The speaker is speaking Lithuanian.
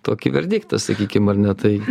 tokį verdiktą sakykim ar ne tai